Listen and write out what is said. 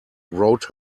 wrote